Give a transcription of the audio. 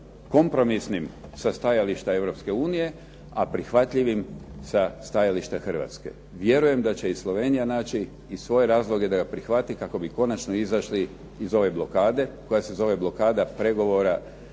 kompromisnim sa stajališta Europske unije, a prihvatljivim sa stajališta Hrvatske. Vjerujem da će i Slovenija naći i svoje razloge da ga prihvati kako bi konačno izašli iz ove blokade koja se zove blokada pregovora